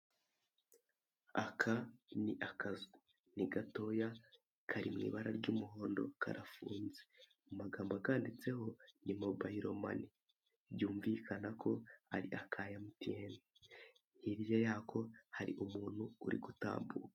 Aka ni akazu ni gatoya kari mu ibara ryumuhondo rya MTN karafunze amagambo akanditseho ni Mobile Money byumvikana ko ari aka MTN, hirya yako hari umuntu urigutambuka.